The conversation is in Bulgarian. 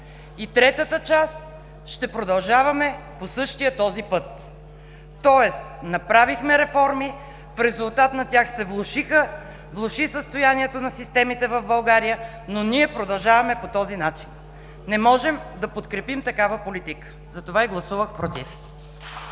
И третата част – ще продължаваме по същия този път. Тоест направихме реформи, в резултат на тях се влоши състоянието на системите в България, но ние продължаваме по този начин. Не можем да подкрепим такава политика. Затова и гласувах „против“!